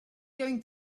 going